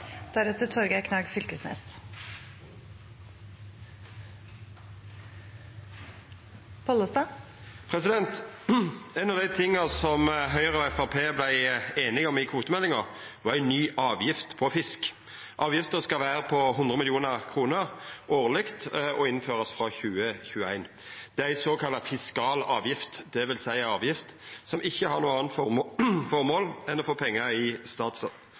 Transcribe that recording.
Ein av dei tinga som Høgre og Framstegspartiet vart einige om i kvotemeldinga, var ei ny avgift på fisk. Avgifta skal vera på 100 mill. kr årleg og innførast frå 2021. Det er ei såkalla fiskal avgift, dvs. ei avgift som ikkje har noko anna formål enn å få inn pengar i